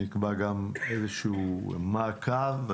נקבע גם איזשהו מעקב.